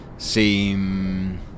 seem